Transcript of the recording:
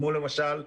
כמו למשל,